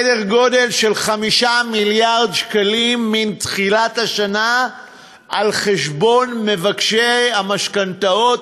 סדר גודל של 5 מיליארד שקלים מתחילת השנה על חשבון מבקשי המשכנתאות,